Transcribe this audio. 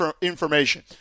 information